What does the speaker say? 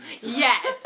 yes